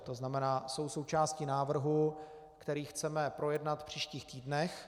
To znamená, jsou součástí návrhu, který chceme projednat v příštích týdnech.